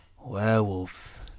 werewolf